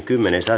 asia